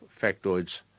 factoids